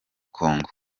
congo